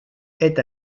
est